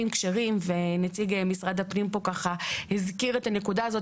כשרים נציג משרד הפנים הזכיר את הנקודה הזאת,